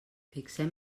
fixem